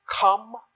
Come